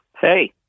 Hey